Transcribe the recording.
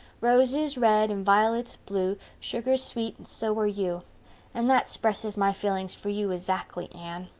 roses red and vi'lets blue, sugar's sweet, and so are you and that spresses my feelings for you ezackly, anne.